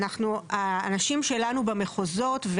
האנשים שלנו במחוזות,